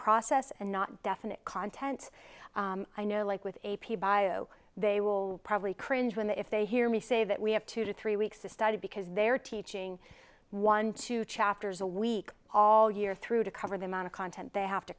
process and not definite content i know like with a p bio they will probably cringe when the if they hear me say that we have two to three weeks to study because they're teaching one two chapters a week all year through to cover the amount of content they have to